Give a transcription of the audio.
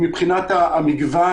העיקר לקבל מזומן.